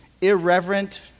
irreverent